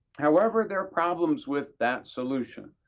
however, there are problems with that solution.